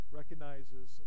recognizes